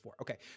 Okay